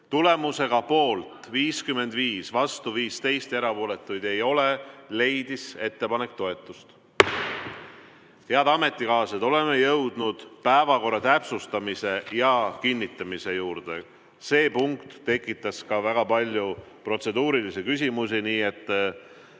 Tulemusega poolt 55, vastu 15 ja erapooletuid ei ole leidis ettepanek toetust. Head ametikaaslased, oleme jõudnud päevakorra täpsustamise ja kinnitamise juurde. See punkt tekitas ka väga palju protseduurilisi küsimusi, nii et